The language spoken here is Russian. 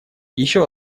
еще